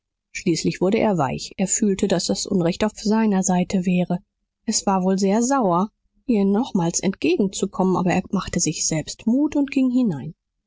schließlich wurde er weich er fühlte daß das unrecht auf seiner seite wäre es war wohl sehr sauer ihr nochmals entgegenzukommen aber er machte sich selbst mut und ging hinein